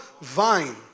vine